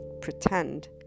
pretend